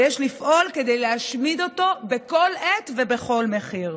ויש לפעול כדי להשמיד אותו בכל עת ובכל מחיר.